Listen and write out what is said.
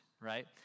Right